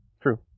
True